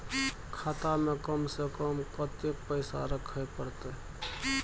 खाता में कम से कम कत्ते पैसा रखे परतै?